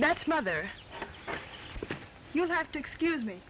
that's mother you have to excuse me